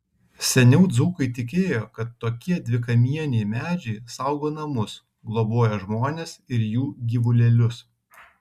seniau dzūkai tikėjo kad tokie dvikamieniai medžiai saugo namus globoja žmones ir jų gyvulėlius